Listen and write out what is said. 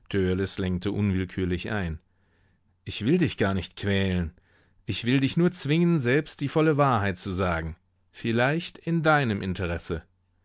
lenkte unwillkürlich ein ich will dich gar nicht quälen ich will dich nur zwingen selbst die volle wahrheit zu sagen vielleicht in deinem interesse